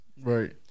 Right